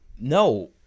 No